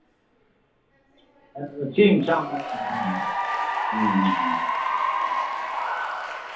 ᱦᱮᱸ ᱮᱠᱫᱚᱢ ᱪᱷᱤᱢ ᱪᱷᱟᱢ ᱮᱠᱫᱚᱢ ᱦᱩᱸ ᱦᱩᱸ ᱦᱩᱸ